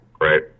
right